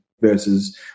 versus